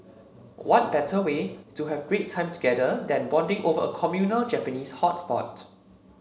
what better way to have great time together than bonding over a communal Japanese hot pot